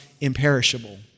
imperishable